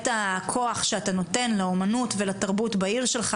הכוח שאתה נותן לאמנות ולתרבות בעיר שלך,